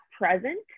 present